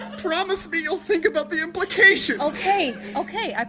promise me you'll think about the implications? okay. okay, i